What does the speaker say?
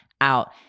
out